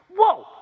whoa